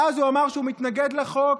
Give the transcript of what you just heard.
ואז הוא אמר שהוא מתנגד לחוק